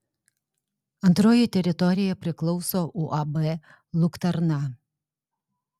antroji teritorija priklauso uab luktarna